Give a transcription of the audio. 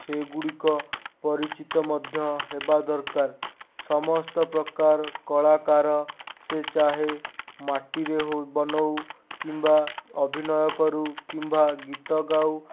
ସେଗୁଡ଼ିକ ପରିଚିତ ମଧ୍ୟ ହେବା ଦରକାର ସମସ୍ତ ପ୍ରକାର କଳାକାର ସେ ଚାହେଁ ମାଟିରେ ବନଉ କିମ୍ବା ଅଭିନୟ କରୁ କିମ୍ବା ଗୀତ ଗାଉ